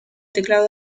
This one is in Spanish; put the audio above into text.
teclado